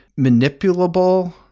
manipulable